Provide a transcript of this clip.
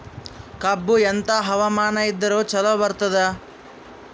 ಕಬ್ಬು ಎಂಥಾ ಹವಾಮಾನ ಇದರ ಚಲೋ ಬರತ್ತಾದ?